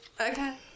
Okay